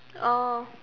oh